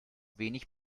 wenig